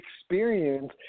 experience